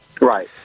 Right